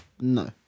No